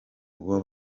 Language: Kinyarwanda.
ubu